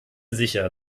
sicher